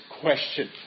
question